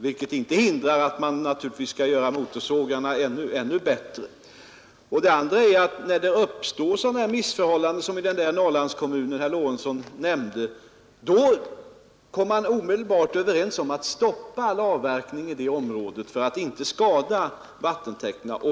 Detta hindrar naturligtvis inte att vi skall försöka göra motorsågarna ännu bättre. När det för det andra uppstod sådana missförhållanden i den Norrlandskommun som herr Lorentzon nämnde, så kom man ju där omedelbart överens om att stoppa all avverkning inom området för att inte skada vattentäkterna.